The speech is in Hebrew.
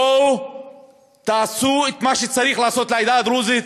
בואו תעשו את מה שצריך לעשות לעדה הדרוזית,